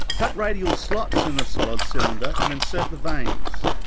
cut radial slots in the solid cylinder and insert the vanes.